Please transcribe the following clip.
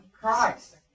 Christ